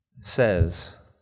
says